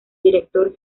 director